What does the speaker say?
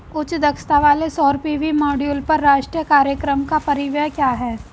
उच्च दक्षता वाले सौर पी.वी मॉड्यूल पर राष्ट्रीय कार्यक्रम का परिव्यय क्या है?